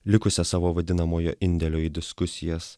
likusias savo vadinamojo indėlio į diskusijas